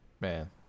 Man